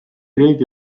riigi